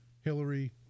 Hillary